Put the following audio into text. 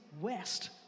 west